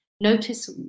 Notice